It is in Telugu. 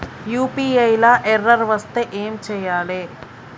యూ.పీ.ఐ లా ఎర్రర్ వస్తే ఏం చేయాలి?